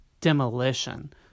demolition